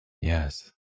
Yes